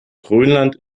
grönland